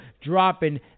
dropping